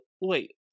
wait